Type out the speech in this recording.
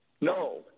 No